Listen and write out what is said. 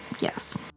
yes